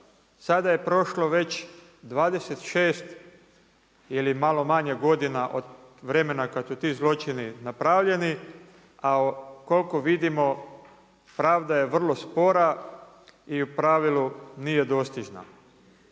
sada je prošlo već 26 ili malo manje godina od vremena od kad su ti zločini napravljeni, a koliko vidimo, pravda je vrlo spora i u pravilu, nije dostižna.